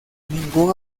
ningún